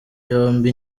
yombi